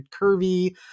curvy